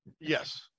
Yes